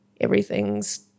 everything's